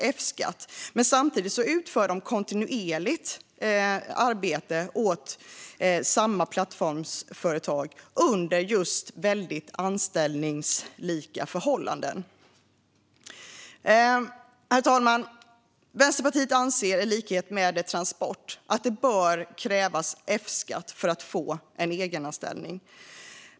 De utför samtidigt kontinuerligt arbete åt plattformsföretag under anställningslika förhållanden. Vänsterpartiet anser, i likhet med Transport, att det bör krävas F-skatt för att få en egenanställning.